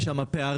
יש שם פערים,